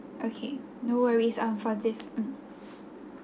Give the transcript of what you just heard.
okay no worries um for this mm